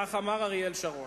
כך אמר אריאל שרון.